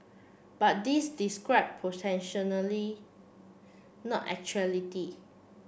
but this describe not actuality